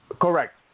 Correct